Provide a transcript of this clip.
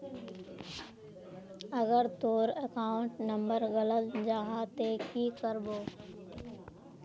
अगर तोर account number गलत जाहा ते की करबो?